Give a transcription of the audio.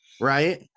right